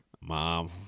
Mom